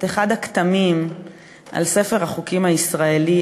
את אחד הכתמים על ספר החוקים הישראלי,